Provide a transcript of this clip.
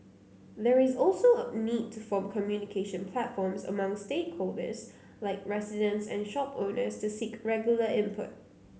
there is also a need to form communication platforms among stakeholders like residents and shop owners to seek regular input